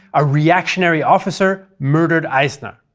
a reactionary officer murdered eisner.